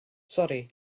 sori